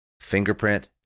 fingerprint